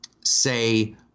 say